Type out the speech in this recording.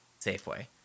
Safeway